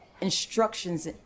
instructions